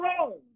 wrong